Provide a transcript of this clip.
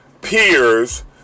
peers